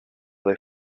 they